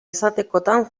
izatekotan